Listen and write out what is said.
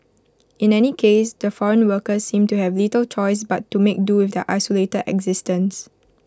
in any case the foreign workers seem to have little choice but to make do with their isolated existence